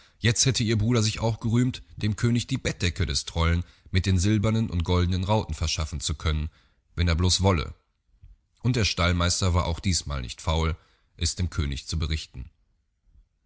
jetzt hätte ihr bruder sich auch gerühmt dem könig die bettdecke des trollen mit den silbernen und goldnen rauten verschaffen zu können wenn er bloß wolle und der stallmeister war auch diesmal nicht faul es dem könig zu berichten